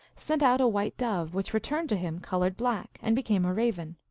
sent out a white dove, which returned to him colored black, and became a raven.